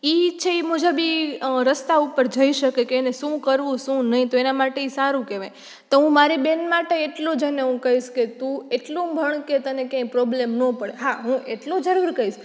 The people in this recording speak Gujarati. એ ઈચ્છે એ મુજબ એ રસ્તા ઉપર જઈ શકે કે એને શું કરવું શું નહીં તો તેના માટે એ સારું કહેવાય તો હું મારી બહેન માટે એટલું જ અને હું કહીશ તું એટલું ભણ કે તને ક્યાંય પ્રોબ્લેમ ન પડે હા એટલું જરૂર કહીશ